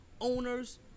owners